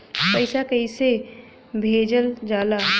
पैसा कैसे भेजल जाला?